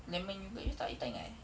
lemon yogurt you tak you tak ingat eh